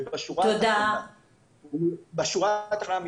ובשורה התחתונה,